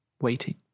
waiting